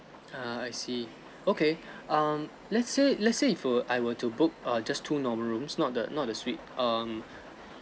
ah I see okay um let's say let's say if were I were to book err just two normal rooms not the not the suite um